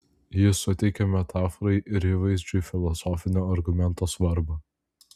jis suteikė metaforai ir įvaizdžiui filosofinio argumento svarbą